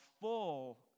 full